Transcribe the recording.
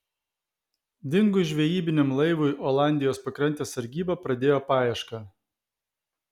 dingus žvejybiniam laivui olandijos pakrantės sargyba pradėjo paiešką